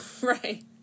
Right